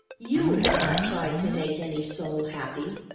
you have not tried to make any soul happy.